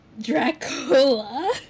Dracula